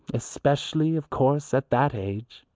especially, of course, at that age.